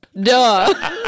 Duh